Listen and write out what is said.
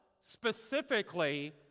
specifically